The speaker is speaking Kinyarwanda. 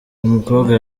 umukobwa